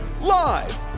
Live